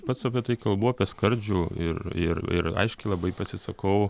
pats apie tai kalbu apie skardžių ir ir ir aiškiai labai pasisakau